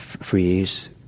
Freeze